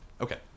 Okay